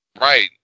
Right